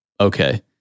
Okay